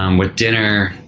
um with dinner,